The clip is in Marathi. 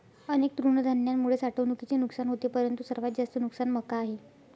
अनेक तृणधान्यांमुळे साठवणुकीचे नुकसान होते परंतु सर्वात जास्त नुकसान मका आहे